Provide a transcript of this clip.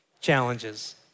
Challenges